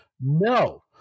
no